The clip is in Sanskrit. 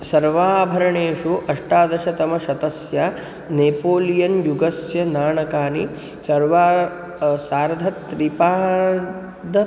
सर्वाभरणेषु अष्टादशशतस्य नेपोलियन् युगस्य नाणकानि सर्वाणि सार्धत्रिपादः